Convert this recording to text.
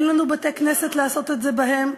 אין לנו בתי-כנסת לעשות את זה בהם,